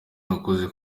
nakoze